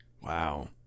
Wow